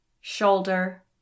shoulder